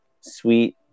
sweet